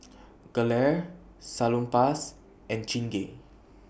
Gelare Salonpas and Chingay